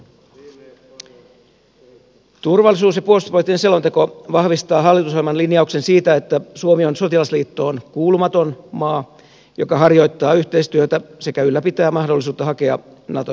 turvallisuus ja puolustuspoliittinen selonteko vahvistaa hallitusohjelman linjauksen siitä että suomi on sotilasliittoon kuulumaton maa joka harjoittaa yhteistyötä sekä ylläpitää mahdollisuutta hakea naton jäsenyyttä